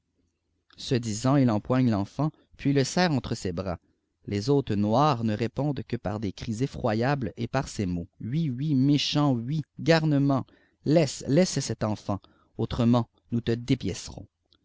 ce disant il eoirae l'ennt puis le serre entre ses bras les hôtes noirs ne répondent que par des cris effroyables et par ces ipqts hui hui méchant hui garnement laisse laisse cet enfsuit autrement nous te dépièoerons